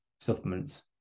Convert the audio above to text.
supplements